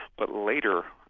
but later,